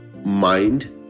Mind